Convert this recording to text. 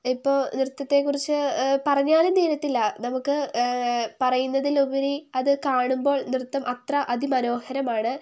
ഇപ്പോൾ നൃത്തത്തെക്കുറിച്ച് പറഞ്ഞാലും തീരത്തില്ല നമുക്ക് പറയുന്നതിലുപരി അത് കാണുമ്പോൾ നൃത്തം അത്ര അതിമനോഹരമാണ്